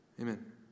Amen